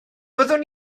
fyddwn